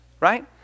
right